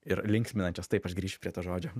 ir linksminančios taip aš grįšiu prie to žodžio